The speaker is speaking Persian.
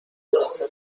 میدونستم